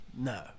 No